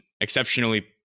exceptionally